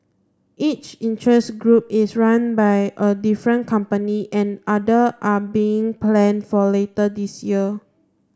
each interest group is run by a different company and other are being planned for later this year